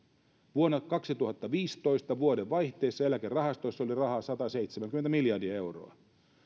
vuonna kaksituhattaviisitoista vuodenvaihteessa eläkerahastoissa oli rahaa sataseitsemänkymmentä miljardia euroa